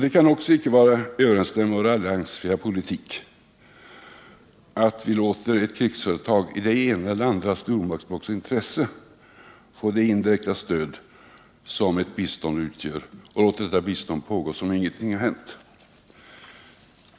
Det kan icke heller vara i överensstämmelse med vår alliansfria politik att vi låter ett krigsföretag i det ena eller andra stormaktsblockets intresse få det indirekta stöd, som ett bistånd utgör, och låta detta bistånd pågå som om ingenting hänt.